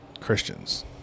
Christians